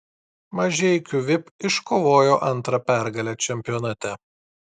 mažeikių vip iškovojo antrą pergalę čempionate